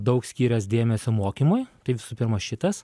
daug skyręs dėmesio mokymui tai visų pirma šitas